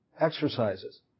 exercises